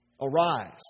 Arise